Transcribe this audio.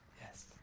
Yes